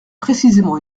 précisément